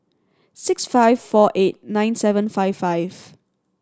six five four eight nine seven five five